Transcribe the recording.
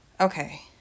Okay